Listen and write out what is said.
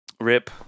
Rip